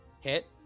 Hit